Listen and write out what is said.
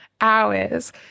hours